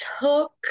took